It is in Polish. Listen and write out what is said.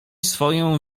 swoją